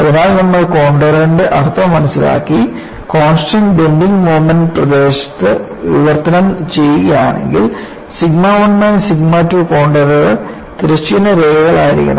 അതിനാൽ നമ്മൾ കോൺണ്ടറിന്റെ അർത്ഥം മനസിലാക്കി കോൺസ്റ്റൻസ് ബെൻഡിങ് മോമെൻറ് പ്രദേശത്ത് വിവർത്തനം ചെയ്യുകയാണെങ്കിൽ സിഗ്മ 1 മൈനസ് സിഗ്മ 2 കോൺണ്ടറുകൾ തിരശ്ചീന രേഖകളായിരിക്കണം